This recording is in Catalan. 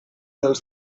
dels